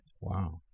Wow